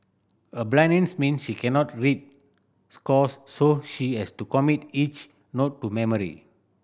her blindness means she cannot read scores so she has to commit each note to memory